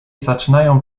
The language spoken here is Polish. zaczynają